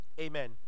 Amen